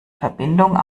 verbindung